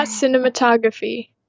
cinematography